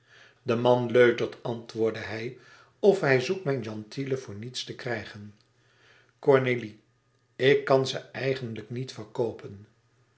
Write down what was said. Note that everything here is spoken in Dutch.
de man leutert antwoordde hij of hij zoekt mijn gentile voor niets te krijgen cornélie ik kan ze eigenlijk niet